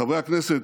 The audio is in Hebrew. חברי הכנסת,